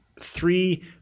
three